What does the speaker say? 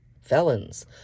felons